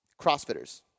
Crossfitters